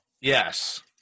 Yes